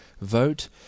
vote